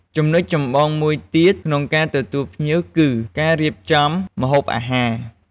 ចំណុចចម្បងមួយទៀតក្នុងការទទួលភ្ញៀវគឺជា ការរៀបចំម្ហូបអាហារ។